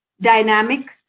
dynamic